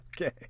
Okay